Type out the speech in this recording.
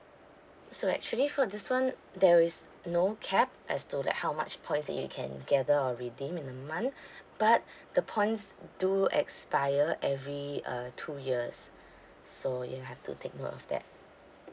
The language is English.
so actually for this [one] there is no cap as to like how much points that you can gather or redeem in a month but the points do expire every uh two years so you have to take note of that